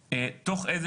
עבודה.